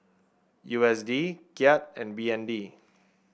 U S D Kyat and B N D